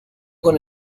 con